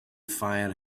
fire